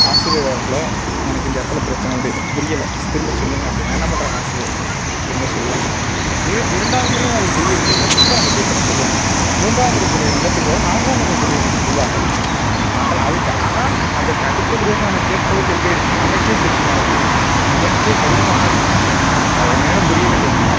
ஆசிரியர் அவர்களே எனக்கு இந்த இடத்துல பிரச்சனை இது இது எனக்கு புரியலை திரும்ப சொல்லுங்கள் அப்படினா என்ன பண்ணுறாங்க ஆசிரியர் திரும்ப சொல்லுவாங்க இர இரண்டாவது முறையும் அது புரியவில்லை என்றால் திரும்ப நம்ம கேட்குறோம் சொல்லுவாங்க மூன்றாவது முறை புரியவில்லை என்றால் நான்காவது முறை புரியவில்லை என்றால் சொல்லுவார்கள் ஆனால் அது ஆனால் அதுக்கு அடுத்தபடியாக நமக்குக் கேட்பதற்கு எப்படி இருக்கும் நமக்கே கூச்சமாக இருக்கும் நமக்கே கடினமாக இருக்கும் அது மேலும் புரியவில்லை என்றால்